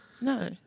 No